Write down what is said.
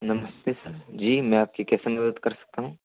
नमस्ते सर जी में आपकी कैसे मदद कर सकता हूँ